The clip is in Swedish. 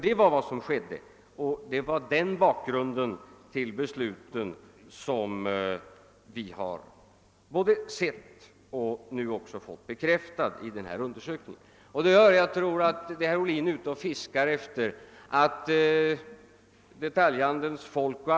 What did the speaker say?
Denna utveckling — som vi sedan fått bekräftad av undersökningen — var bakgrunden till beslutet. Herr Ohlin fiskar efter detaljhandelns anställda.